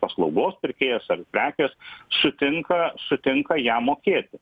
paslaugos pirkėjas ar prekės sutinka sutinka ją mokėti